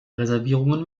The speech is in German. reservierungen